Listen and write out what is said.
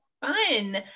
Fun